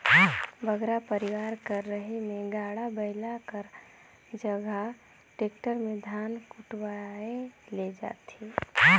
बगरा परिवार कर रहें में गाड़ा बइला कर जगहा टेक्टर में धान कुटवाए ले जाथें